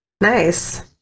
Nice